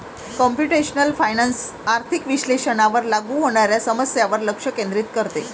computational finance आर्थिक विश्लेषणावर लागू होणाऱ्या समस्यांवर लक्ष केंद्रित करते